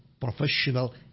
professional